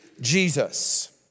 Jesus